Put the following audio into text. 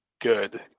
good